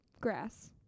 grass